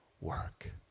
work